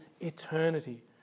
eternity